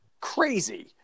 crazy